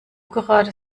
gerade